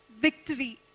victory